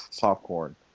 popcorn